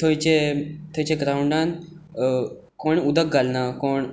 थंयचे ग्राउंडांत कोण उदक घालना कोण